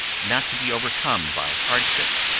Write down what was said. not to be overcome by hardship,